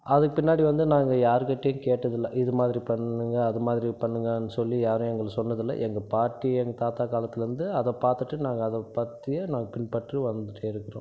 அதுக்கு பின்னாடி வந்து நாங்கள் யார் கிட்டேயும் கேட்டதில்லை இது மாதிரி பண்ணுங்கள் அது மாதிரி பண்ணுங்கன்னு சொல்லி யாரும் எங்களுக்கு சொன்னதில்லை எங்கள் பாட்டி எங்கள் தாத்தா காலத்துலருந்து அதை பார்த்துட்டு நாங்கள் அது பற்றியே நாங்கள் பின்பற்றி வந்துகிட்டேருக்கறோம்